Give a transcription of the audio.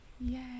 Yay